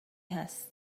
هست